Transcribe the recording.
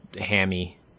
hammy